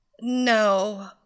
No